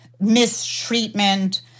mistreatment